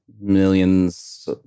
millions